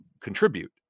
contribute